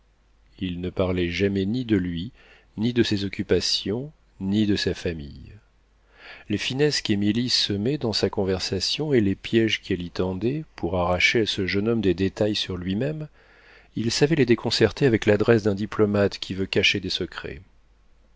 il ne parlait jamais ni de lui ni de ses occupations ni de sa famille les finesses qu'émilie semait dans sa conversation et les piéges qu'elle y tendait pour arracher à ce jeune homme des détails sur lui-même il savait les déconcerter avec l'adresse d'un diplomate qui veut cacher des secrets